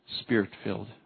Spirit-filled